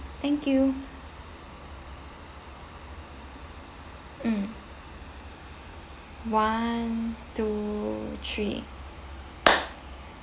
thank you mm one two three